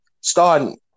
starting